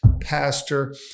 pastor